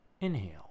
Inhale